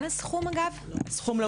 אגב, הסכום לא עודכן?